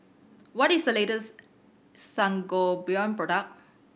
what is the latest Sangobion product